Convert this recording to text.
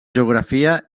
geografia